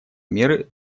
меры